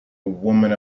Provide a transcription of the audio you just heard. woman